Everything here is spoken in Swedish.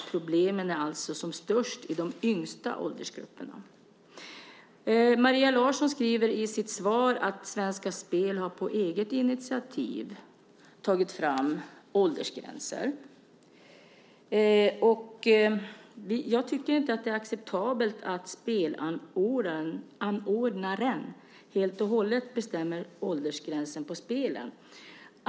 Problemen är alltså som störst i de yngsta åldersgrupperna. Maria Larsson skriver i sitt svar att Svenska Spel på eget initiativ har tagit fram åldersgränser. Jag tycker inte att det är acceptabelt att spelanordnaren helt och hållet bestämmer åldersgränsen på spelen.